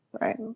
Right